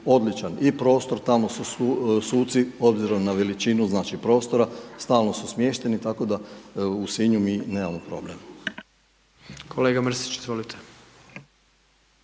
i prostor, tamo su suci obzirom na veličinu znači prostora, stalno su smješteni, tako da u Sinju mi nemamo problem. **Jandroković,